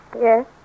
Yes